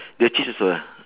the cheese also ya